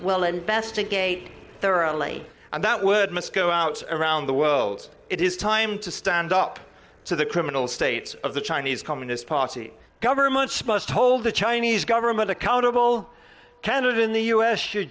will investigate there are only about word must go out around the world it is time to stand up to the criminal states of the chinese communist party governments must hold the chinese government accountable canada in the us should